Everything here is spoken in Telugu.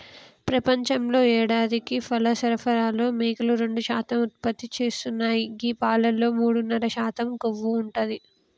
ప్రపంచంలో యేడాదికి పాల సరఫరాలో మేకలు రెండు శాతం ఉత్పత్తి చేస్తున్నాయి గీ పాలలో మూడున్నర శాతం కొవ్వు ఉంటది